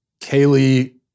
Kaylee